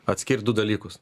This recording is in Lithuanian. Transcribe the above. atskirt du dalykus